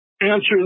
answer